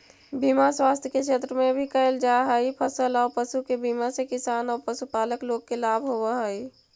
बीमा स्वास्थ्य के क्षेत्र में भी कैल जा हई, फसल औ पशु के बीमा से किसान औ पशुपालक लोग के लाभ होवऽ हई